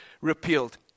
repealed